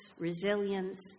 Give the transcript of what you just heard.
resilience